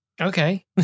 Okay